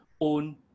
own